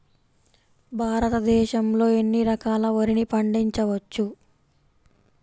భారతదేశంలో ఎన్ని రకాల వరిని పండించవచ్చు